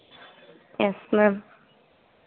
yes ma'am